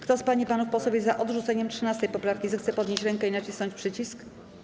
Kto z pań i panów posłów jest za odrzuceniem 13. poprawki, zechce podnieść rękę i nacisnąć przycisk.